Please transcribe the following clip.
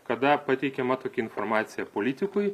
kada pateikiama tokia informacija politikui